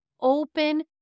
open